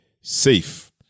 safe